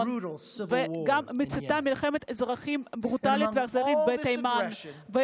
וגם מלבה מלחמת אזרחים ברוטלית ואכזרית בתימן.